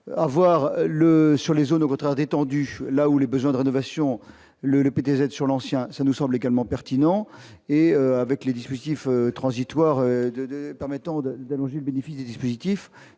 avoir le sur les zones, au contraire, détendu, là où le besoin de rénovation, le, le PDG d'sur l'ancien, ça nous semble également pertinent et avec les dispositifs transitoires de de permettant de logique bénéfice du dispositif,